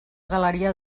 galeria